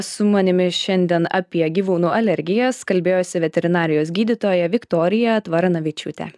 su manimi šiandien apie gyvūnų alergijas kalbėjosi veterinarijos gydytoja viktorija tvaranavičiūtė